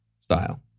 style